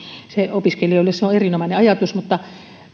opiskelijoille se on erinomainen ajatus mutta